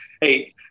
hey